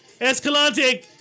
Escalante